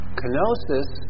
kenosis